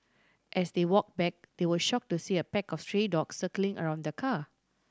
as they walked back they were shocked to see a pack of stray dogs circling around the car